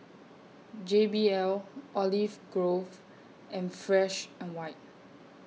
J B L Olive Grove and Fresh and White